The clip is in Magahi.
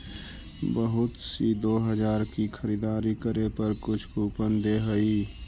बहुत सी दो हजार की खरीदारी करे पर कुछ कूपन दे हई